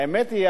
האמת היא,